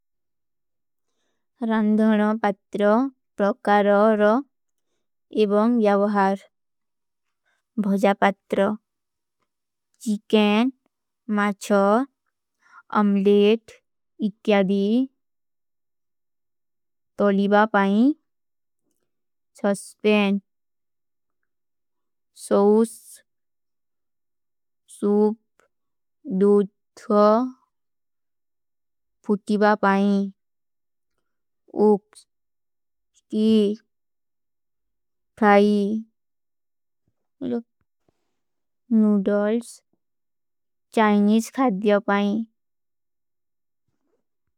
ରଂଧନ ପତ୍ର, ପ୍ରକାର ଔର ଏବଂ ଵ୍ଯାଵହାର ଭୁଜା ପତ୍ର ଚୀକନ, ମାଚହ, ଅମ୍ଲେଟ, ଇକ୍ଯାଦୀ ତଲିବା ପାଈଂ ସସ୍ପେଂଟ ସୌସ ସୂପ, ଦୂଧ ଫୁତିବା ପାଈଂ ଉକ୍ସ, କୀଜ, ଖାଈ ନୂଡଲ୍ସ, ଚାଇନୀଜ ଖାଈ ଦିଯା ପାଈଂ।